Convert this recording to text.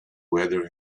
weather